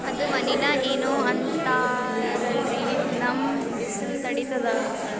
ಅದು ವನಿಲಾ ಏನೋ ಅಂತಾರಲ್ರೀ, ನಮ್ ಬಿಸಿಲ ತಡೀತದಾ?